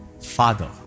Father